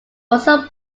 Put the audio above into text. also